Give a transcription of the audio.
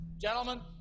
Gentlemen